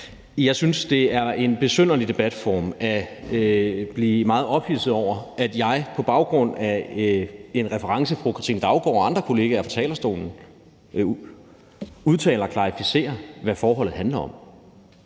jeg synes, at det er en besynderlig debatform at blive meget ophidset over, at jeg på baggrund af en reference, som fru Katrine Daugaard og andre kolleger kommer med fra talerstolen, udtaler mig om og klarificerer, hvad forholdet handler om.